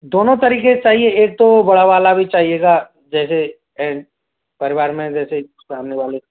दोनों तरीके चाहिए एक तो बड़ा वाला भी चाहिएगा जैसे परिवार में जैसे सामने वाले